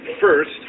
First